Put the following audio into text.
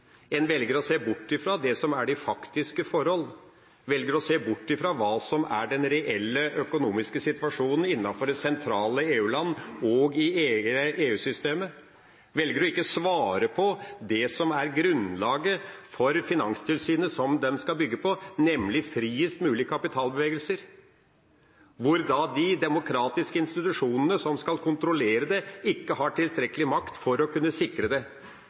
En velger å se bort fra det som er de faktiske forhold, velger å se bort fra hva som er den reelle økonomiske situasjonen innenfor de sentrale EU-land og i EU-systemet, velger ikke å svare på det som er grunnlaget for finanstilsynet som de skal bygge på, nemlig friest mulig kapitalbevegelse, hvor da de demokratiske institusjonene som skal kontrollere det, ikke har tilstrekkelig makt for å kunne sikre det.